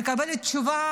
ומקבלת תשובה